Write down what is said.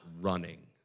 running